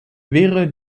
wäre